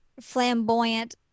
flamboyant